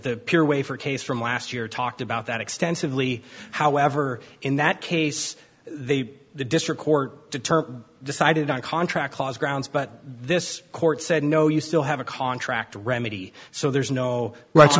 the peer wafer case from last year talked about that extensively however in that case they the district court deter decided on contract clause grounds but this court said no you still have a contract remedy so there's no